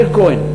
מאיר כהן,